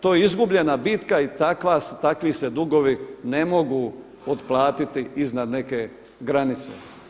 To je izgubljena bitka i takvi se dugovi ne mogu otplatiti iznad neke granice.